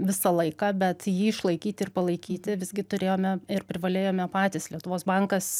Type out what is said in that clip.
visą laiką bet jį išlaikyt ir palaikyti visgi turėjome ir privalėjome patys lietuvos bankas